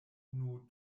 unu